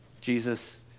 Jesus